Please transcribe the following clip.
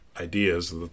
ideas